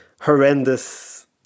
horrendous